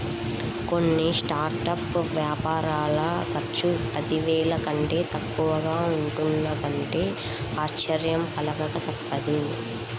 కొన్ని స్టార్టప్ వ్యాపారాల ఖర్చు పదివేల కంటే తక్కువగా ఉంటున్నదంటే ఆశ్చర్యం కలగక తప్పదు